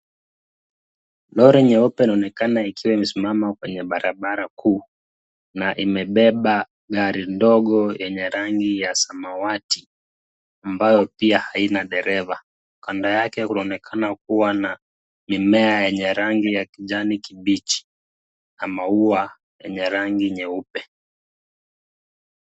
Lori nyeupe inaonekana ikiwa imesimama kwenye barabara kuu na imebeba gari ndogo yenye rangi ya samawati, ambayo pia haina dereva. Kando yake kunaonekana kuwa na mimea yenye rangi ya kijani kibichi na maua yenye rangi nyeupe.